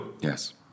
Yes